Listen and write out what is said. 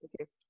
Okay